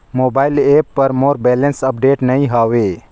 mobile app पर मोर balance update नई हवे